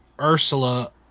Ursula